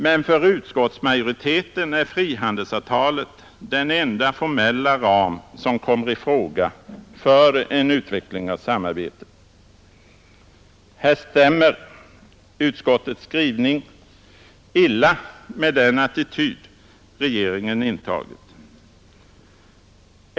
Men för utskottsmajoriteten är frihandelsavtalet den enda formella ram som i praktiken kommer i fråga för en utveckling av samarbetet. Här stämmer utskottets skrivning illa med den attityd regeringen intagit.